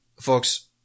folks